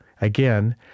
Again